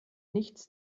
nichts